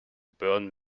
burn